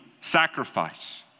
sacrifice